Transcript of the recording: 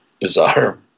bizarre